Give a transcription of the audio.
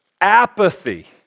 apathy